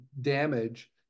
damage